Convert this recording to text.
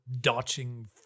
dodging